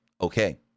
okay